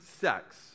sex